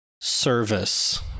service